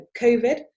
Covid